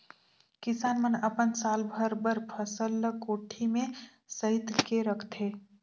किसान मन अपन साल भर बर फसल ल कोठी में सइत के रखथे